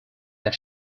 that